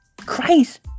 Christ